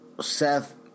Seth